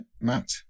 Matt